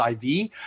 IV